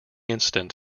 incident